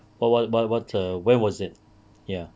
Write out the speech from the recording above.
what what what what err where was it ya